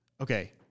okay